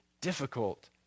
difficult